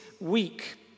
week